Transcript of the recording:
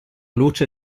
luce